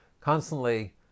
constantly